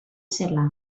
zela